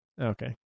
okay